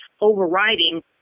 overriding